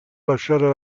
lasciare